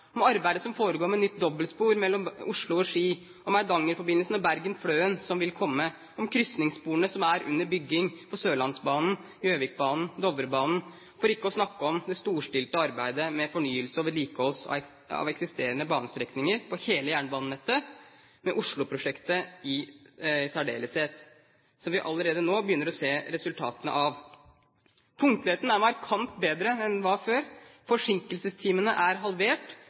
om arbeidet som foregår med nytt dobbeltspor mellom Oslo og Ski, om Eidangerforbindelsen og Bergen–Fløen som vil komme, om krysningssporene som er under bygging på Sørlandsbanen, Gjøvikbanen, Dovrebanen – for ikke å snakke om det storstilte arbeidet med fornyelse og vedlikehold av eksisterende banestrekninger på hele jernbanenettet, og Osloprosjektet i særdeleshet, som vi allerede nå begynner å se resultatene av. Punktligheten er markant bedre enn den var før. Forsinkelsestimene er halvert